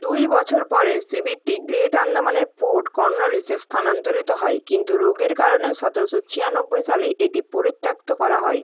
দুই বছর পরে শিবিরটি গ্রেট আন্দামানের পোর্ট কর্নওয়ালিসে স্থানান্তরিত হয় কিন্তু রোগের কারণে সতেরোশো ছিয়ানব্বই সালে এটি পরিত্যক্ত করা হয়